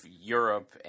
Europe